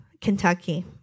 Kentucky